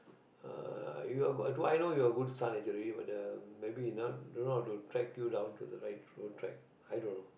uh you are I know you're a good son actually but uh maybe he not don't know how to track you down to the right foot track i don't know